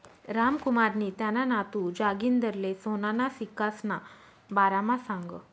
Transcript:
रामकुमारनी त्याना नातू जागिंदरले सोनाना सिक्कासना बारामा सांगं